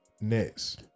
next